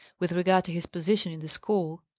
with regard to his position in the school,